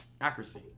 accuracy